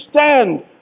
understand